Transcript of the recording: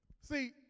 See